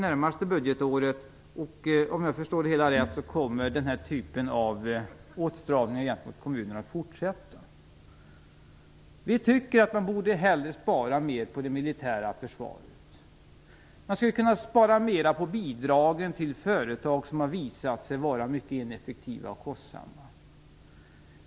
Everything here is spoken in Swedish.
Om jag förstår det hela rätt kommer den här typen av åtstramningar för kommunerna att fortsätta. Vi tycker att man hellre borde spara mer på det militära försvaret. Man skulle kunna spara mera på bidragen till företag som har visat sig vara mycket ineffektiva och kostsamma.